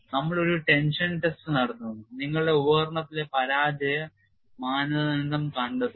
നമ്മൾ ഒരു tension test നടത്തുന്നു നിങ്ങളുടെ ഉപകരണത്തിലെ പരാജയ മാനദണ്ഡം കണ്ടെത്തുക